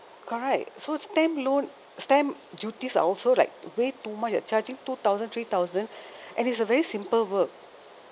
correct so stamp loan stamp duties are also like way too much they're charging two thousand three thousand and it's a very simple work